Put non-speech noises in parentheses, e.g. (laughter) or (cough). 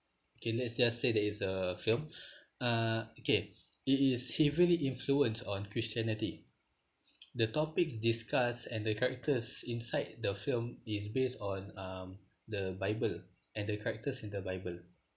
okay let's just say that it's a film (breath) uh okay it is heavily influenced on christianity (noise) the topics discussed and the characters inside the film is based on um the bible and the characters in the bible